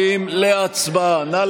43 בעד, 66 נגד.